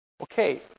Okay